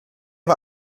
war